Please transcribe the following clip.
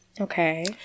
Okay